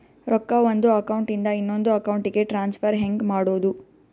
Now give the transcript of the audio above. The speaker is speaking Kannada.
ರೊಕ್ಕ ಒಂದು ಅಕೌಂಟ್ ಇಂದ ಇನ್ನೊಂದು ಅಕೌಂಟಿಗೆ ಟ್ರಾನ್ಸ್ಫರ್ ಹೆಂಗ್ ಮಾಡೋದು?